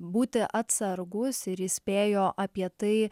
būti atsargūs ir įspėjo apie tai